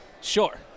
Sure